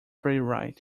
playwright